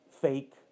fake